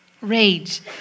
rage